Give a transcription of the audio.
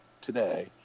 today